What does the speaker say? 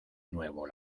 nuevo